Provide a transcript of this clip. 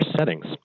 settings